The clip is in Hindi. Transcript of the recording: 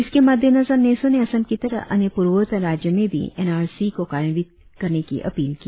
इसके मद्देनजर नेसो ने असम की तरह अन्य पुर्वोत्तर राज्यों में भी एन आर सी को कार्यान्वित की अपील की